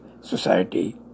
society